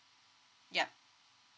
yup